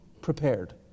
prepared